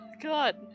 God